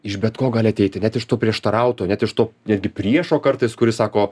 iš bet ko gali ateiti net iš to prieštarauto net iš to netgi priešo kartais kuris sako